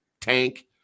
tank